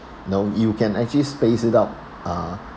you know you can actually space it up uh